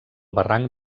barranc